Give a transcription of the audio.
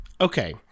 okay